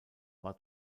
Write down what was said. war